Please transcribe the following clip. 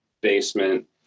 basement